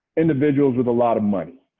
individuals with a lot of money.